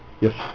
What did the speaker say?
Yes